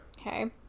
Okay